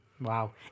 wow